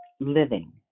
living